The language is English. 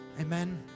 Amen